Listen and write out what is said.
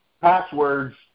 passwords